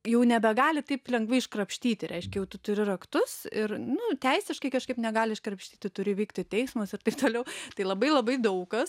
jau nebegali taip lengvai iškrapštyti reiškia jau tu turi raktus ir nu teisiškai kažkaip negali iškrapštyti turi vykti teismas ir taip toliau tai labai labai daug kas